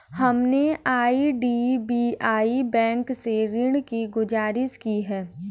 हमने IDBI bank से ऋण की गुजारिश की है